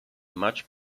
much